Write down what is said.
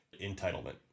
entitlement